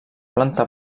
planta